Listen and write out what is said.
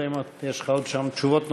אלא אם כן יש לך שם תשובות נוספות.